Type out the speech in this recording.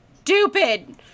stupid